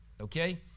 okay